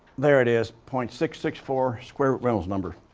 there it is, point six six four square root reynolds number.